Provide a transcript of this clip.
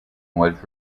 was